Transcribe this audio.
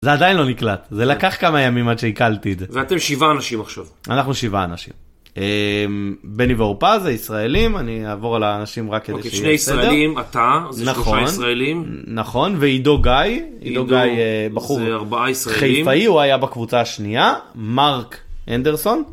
זה עדיין לא נקלט, זה לקח כמה ימים עד שעיכלתי את זה. ואתם שבעה אנשים עכשיו. אנחנו שבעה אנשים. בני ואורפא זה ישראלים, אני אעבור על האנשים רק כדי שיהיה סדר. שני ישראלים, אתה, אז יש 3 ישראלים. נכון, ועידו גיא. עידו גיא, בחור חיפאי, הוא היה בקבוצה השנייה, מרק אנדרסון.